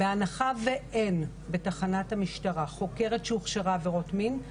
בהנחה ואין בתחנת המשטרה חוקרת שהוכשרה לעבירות מין,